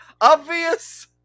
obvious